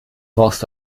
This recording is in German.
brauchst